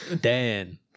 Dan